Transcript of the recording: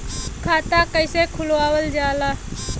खाता कइसे खुलावल जाला?